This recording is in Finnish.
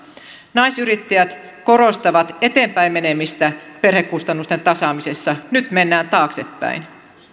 naisyrittäjät korostavat eteenpäin menemistä perhekustannusten tasaamisessa nyt mennään taaksepäin